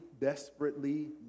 desperately